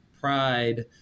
Pride